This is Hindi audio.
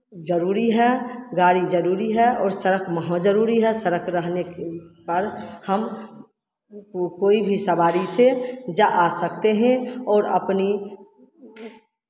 जरूरी है गाड़ी जरूरी है और सड़क महा जरूरी है सड़क रहने के उस पर हम कोई भी सवारी से जा आ सकते हैं और अपनी